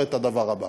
אומר את הדבר הבא: